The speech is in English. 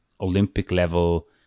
Olympic-level